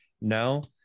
No